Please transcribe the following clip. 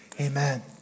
amen